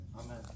Amen